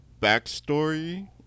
backstory